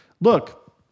Look